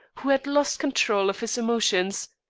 who had lost control of his emotions.